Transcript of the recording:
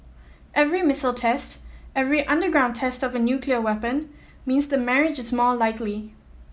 every missile test every underground test of a nuclear weapon means the marriage is more likely